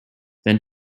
than